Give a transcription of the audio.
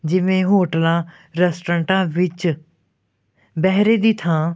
ਜਿਵੇਂ ਹੋਟਲਾਂ ਰੈਸਟੋਰੈਂਟਾਂ ਵਿੱਚ ਬਹਿਰੇ ਦੀ ਥਾਂ